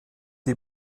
die